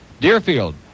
Deerfield